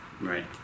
Right